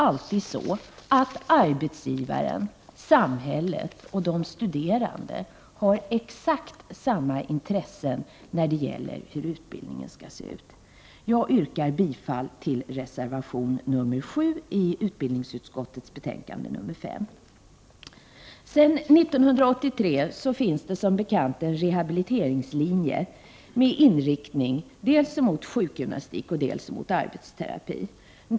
Arbetsgivaren, samhället och de studerande har ju inte alltid exakt samma intressen beträffande hur utbildningen skall se ut. Jag yrkar bifall till reservation 7 i utbildningsutskottets betänkande 5. Sedan 1983 finns det som bekant en rehabiliteringslinje med inriktning dels mot sjukgymnastik, dels mot arbetsterapi.